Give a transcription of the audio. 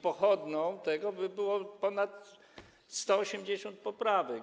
Pochodną tego było ponad 180 poprawek.